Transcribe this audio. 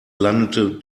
landete